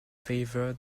favor